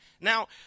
Now